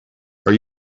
are